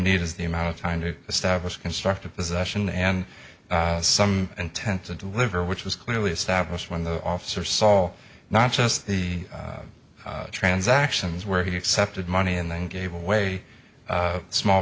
is the amount of time to establish constructive possession and some intensive deliver which was clearly established when the officer saw not just the transactions where he accepted money and then gave away a small